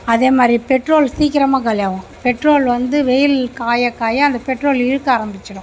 அதேமாதிரி பெட்ரோல் சீக்கிரமா காலி ஆகும் பெட்ரோல் வந்து வெயில் காய காய அந்த பெட்ரோல் இழுக்க ஆரம்பித்திடும்